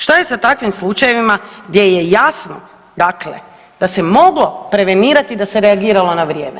Što je sa takvim slučajevima gdje je jasno da se moglo prevenirati da se reagiralo na vrijeme?